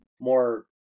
more